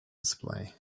display